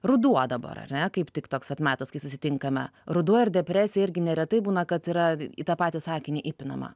ruduo dabar ar ne kaip tik toks vat metas kai susitinkame ruduo ir depresija irgi neretai būna kad yra į tą patį sakinį įpinama